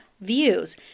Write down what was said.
Views